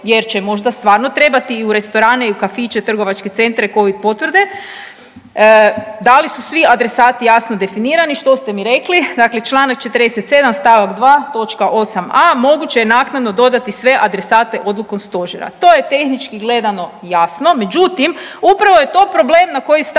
jer će možda stvarno trebati i u restorane i u kafiće, trgovačke centre covid potvrde, da li su svi adresati jasno definirati, što ste mi rekli? Dakle, čl. 47. st. 2. točka 8.a moguće je naknadno dodati sve adresate odlukom stožera. To je tehnički gledano jasno, međutim upravo je to problem na koji stalno